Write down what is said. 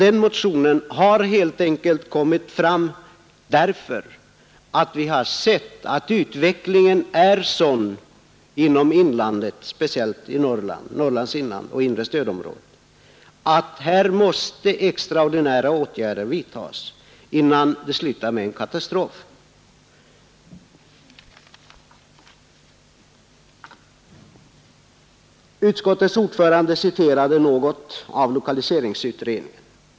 Den motionen har väckts helt enkelt därför att vi har sett att utvecklingen i Norrlands inland är sådan, att extraordinära åtgärder måste vidtas innan det slutar med en katastrof. Utskottets ordförande citerade lokaliseringsutredningen.